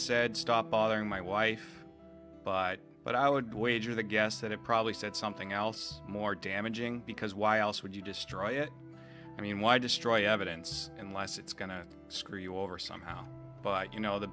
said stop bothering my wife but i would wager the guess that it probably said something else more damaging because why else would you destroy it i mean why destroy evidence unless it's going to screw you over somehow but you know the